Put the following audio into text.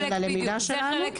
אז מצד אחד